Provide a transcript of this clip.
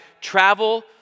travel